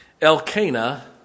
Elkanah